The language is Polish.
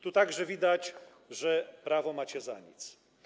Tu także widać, że prawo macie za nic.